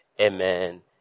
Amen